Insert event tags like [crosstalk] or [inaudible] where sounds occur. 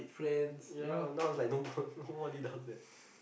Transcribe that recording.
ya now is like nobody does that [laughs]